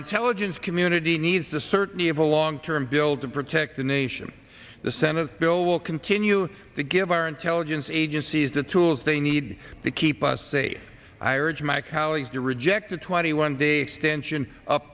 intelligence community needs the certainty of a long term bill to protect the nation the senate bill will continue to give our intelligence agencies the tools they need to keep us safe i urge my colleagues to reject a twenty one day extension up